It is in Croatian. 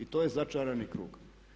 I to je začarani krug.